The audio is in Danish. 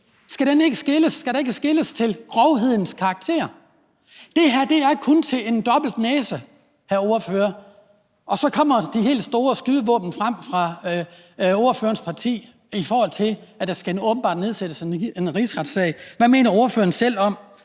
Skal der ikke skeles til grovhedens karakter? Det her er kun til en dobbelt næse, hr. ordfører, og så trækker ordførerens parti de helt store skydevåben frem og siger, at der skal rejses en rigsretssag. Hvad mener ordføreren selv om